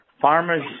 Farmers